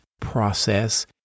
process